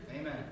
Amen